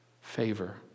favor